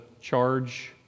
charge